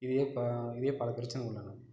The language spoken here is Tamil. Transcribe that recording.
இதையே பா இதையே பல பிரச்சினை உள்ளன